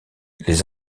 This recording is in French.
les